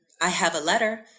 i have a letter,